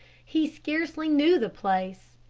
he scarcely knew the place.